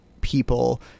people